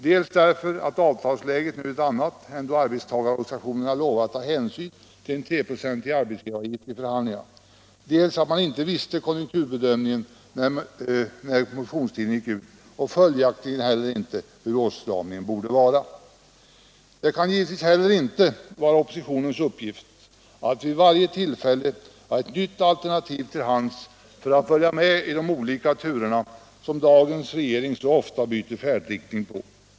Dels därför att avtalsläget nu är ett annat än då arbetstagarorganisationerna lovade att ta hänsyn till en treprocentig arbetsgivaravgift vid förhandlingarna, dels därför att man inte kände till konjunkturbedömningen när motionstiden gick ut och följaktligen inte heller visste hur stor åtstramningen borde vara. Det kan givetvis heller inte vara oppositionens uppgift att vid varje tillfälle ha ett nytt alternativ till hands för att följa med i de olika turerna som dagens regering så ofta byter färdriktning på.